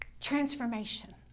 transformation